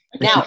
Now